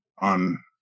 on